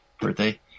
birthday